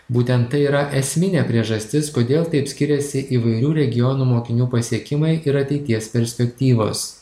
būtent tai yra esminė priežastis kodėl taip skiriasi įvairių regionų mokinių pasiekimai ir ateities perspektyvos